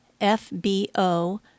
FBO